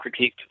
critiqued